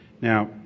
Now